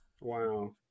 Wow